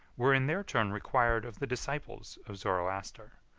were in their turn required of the disciple of zoroaster,